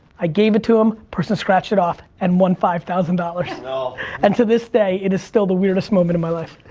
i gave it to em, person scratched it off and won five thousand dollars. and to this day it is still the weirdest moment of my life.